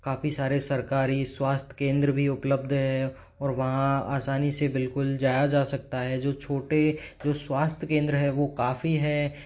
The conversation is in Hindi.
काफ़ी सारे सरकारी स्वास्थ्य केंद्र भी उपलब्ध है और वहाँ आसानी से बिल्कुल जाया जा सकता है जो छोटे जो स्वास्थ्य केंद्र है वो काफ़ी है तीन या